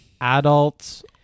adults